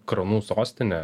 kranų sostinę